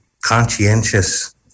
conscientious